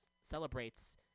celebrates